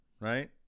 right